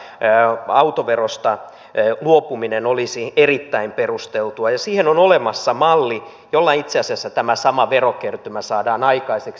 sen takia autoverosta luopuminen olisi erittäin perusteltua ja siihen on olemassa malli jolla itse asiassa tämä sama verokertymä saadaan aikaiseksi